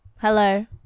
Hello